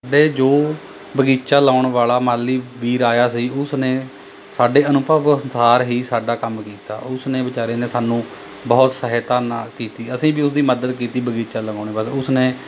ਦੇ ਜੋ ਬਗੀਚਾ ਲਾਉਣ ਵਾਲਾ ਮਾਲੀ ਵੀਰ ਆਇਆ ਸੀ ਉਸ ਨੇ ਸਾਡੇ ਅਨੁਭਵ ਅਨੁਸਾਰ ਹੀ ਸਾਡਾ ਕੰਮ ਕੀਤਾ ਉਸ ਨੇ ਵਿਚਾਰੇ ਨੇ ਸਾਨੂੰ ਬਹੁਤ ਸਹਾਇਤਾ ਨਾਲ ਕੀਤੀ ਅਸੀਂ ਵੀ ਉਸ ਦੀ ਮਦਦ ਕੀਤੀ ਬਗੀਚਾ ਉਸ ਨੇ